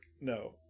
No